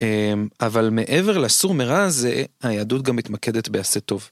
אבל מעבר לסור מרע הזה היהדות גם מתמקדת בעשי טוב.